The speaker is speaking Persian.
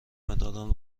مدادم